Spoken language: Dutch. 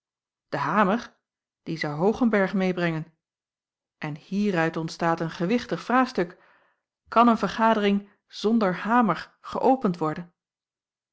de hamer dien zou hoogenberg meêbrengen en hieruit ontstaat een gewichtig vraagstuk kan een vergadering zonder hamer geöpend worden